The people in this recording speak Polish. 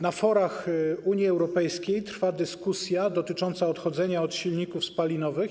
Na forach Unii Europejskiej trwa dyskusja dotycząca odchodzenia od silników spalinowych.